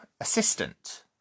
assistant